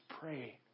pray